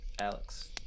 Alex